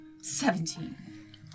Seventeen